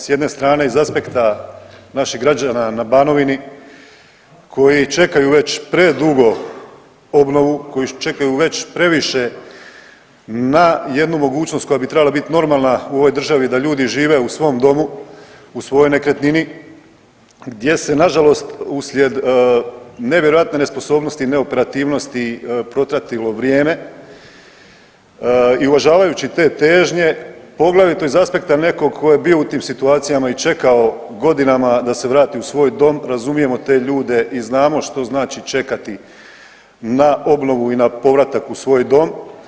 S jedne strane iz aspekta naših građana na Banovini koji čekaju već predugo obnovu, koji čekaju već previše na jednu mogućnost koja bi trebala biti normalna u ovoj državi da ljudi žive u svom domu u svojoj nekretnini gdje se nažalost uslijed nevjerojatne nesposobnosti i neoperativnosti protratilo vrijeme i uvažavajući te težnje poglavito iz aspekta nekog ko je bio u tim situacijama i čekao godinama da se vrati u svoj dom razumijemo te ljude i znamo što znači čekati na obnovu i na povratak u svoj dom.